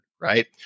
right